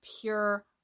pure